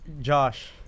Josh